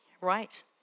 right